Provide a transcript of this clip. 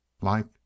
like